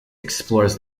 explores